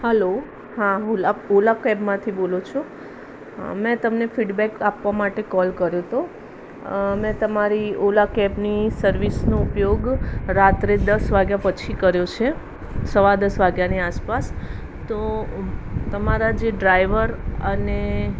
હાલો હું હું ઓલા કેબમાંથી બોલું છું અ મેં તમને ફિડબેક આપવા માટે કોલ કર્યો હતો મેં તમારી ઓલા કેબની સર્વિસનો ઉપયોગ રાત્રે દસ વાગ્યા પછી કર્યો છે સવા દસ વાગ્યાની આસપાસ તો તમારા જે ડ્રાઈવર અને